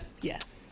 Yes